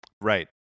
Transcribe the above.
Right